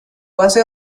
base